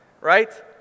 right